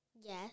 Yes